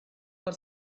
for